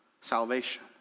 salvation